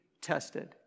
tested